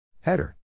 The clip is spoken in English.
Header